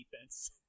defense